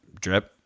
drip